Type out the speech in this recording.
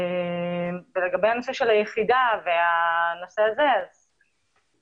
לגבי הנושא של היחידה, נמצאים כאן